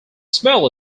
smell